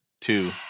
two